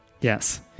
yes